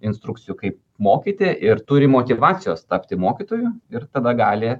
instrukcijų kaip mokyti ir turi motyvacijos tapti mokytoju ir tada gali